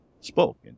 spoke